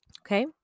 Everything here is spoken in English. Okay